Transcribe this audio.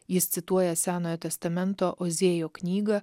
jis cituoja senojo testamento oziejo knygą